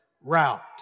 route